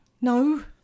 no